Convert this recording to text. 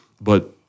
But-